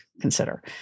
consider